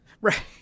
Right